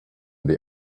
they